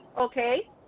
Okay